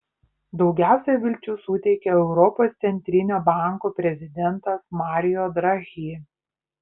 daugiausiai vilčių suteikė europos centrinio banko prezidentas mario draghi